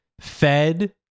fed